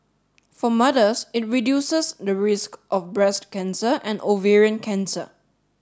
for mothers it reduces the risk of breast cancer and ovarian cancer